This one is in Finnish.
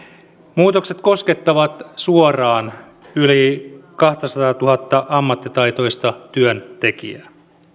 muutokset koskettavat suoraan yli kahtasataatuhatta ammattitaitoista työntekijää